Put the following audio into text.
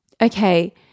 okay